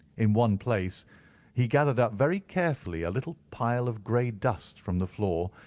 in one place he gathered up very carefully a little pile of grey dust from the floor,